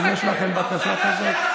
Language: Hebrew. אם יש לכם בקשה כזו.